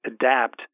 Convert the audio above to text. adapt